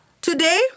Today